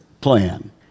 plan